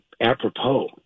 apropos